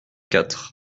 quatre